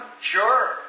sure